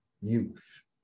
youth